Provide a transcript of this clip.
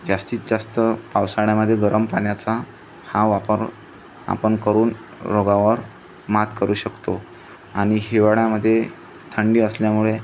जास्तीत जास्त पावसाळ्यामधे गरम पाण्याचा हा वापर आपण करून रोगावर मात करू शकतो आणि हिवाळ्यामध्ये थंडी असल्यामुळे